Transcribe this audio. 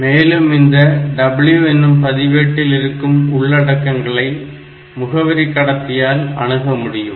மேலும் இந்த W பதிவேட்டில் இருக்கும் உள்ளடக்கங்கள் முகவரி கடத்தியால் அணுகமுடியும்